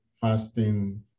fasting